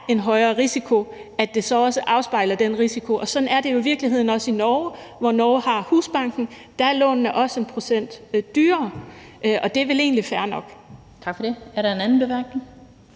en højere risiko, at det så også afspejler den risiko. Sådan er det jo i virkeligheden også i Norge, hvor man har Husbanken. Der er lånene også 1 pct. dyrere, og det er vel egentlig fair nok.